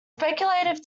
speculative